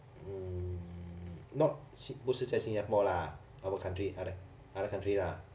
mm but 不是在新加坡啦 other country other other country lah